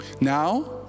Now